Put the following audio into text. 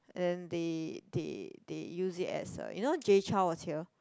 and then they they they use is as a you know Jay-Chou was here